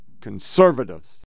conservatives